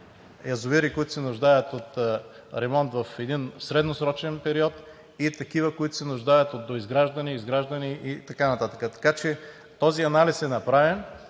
които се нуждаят от ремонт в един средносрочен период, и такива, които се нуждаят от доизграждане, изграждане и така нататък. Така че този анализ е направен,